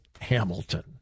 Hamilton